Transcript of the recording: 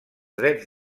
drets